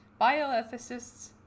bioethicists